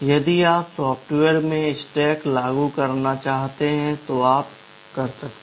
यदि आप सॉफ़्टवेयर में स्टैक लागू करना चाहते हैं तो आप कर सकते हैं